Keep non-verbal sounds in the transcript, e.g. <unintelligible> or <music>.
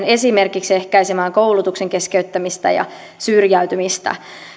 <unintelligible> esimerkiksi ehkäisemään koulutuksen keskeyttämistä ja syrjäytymistä